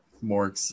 more –